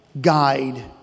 guide